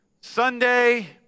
Sunday